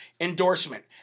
endorsement